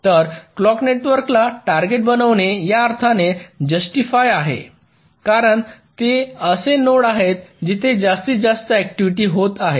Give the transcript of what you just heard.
तर क्लॉक नेटवर्कला टार्गेट बनविणे या अर्थाने जस्टीफाय आहे कारण ते असे नोड आहेत जिथे जास्तीत जास्त ऍक्टिव्हिटी होत आहेत